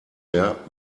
mehr